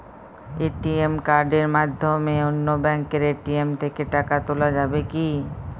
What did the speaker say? ATM কার্ডের মাধ্যমে অন্য ব্যাঙ্কের এ.টি.এম থেকে টাকা তোলা যাবে কি?